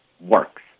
works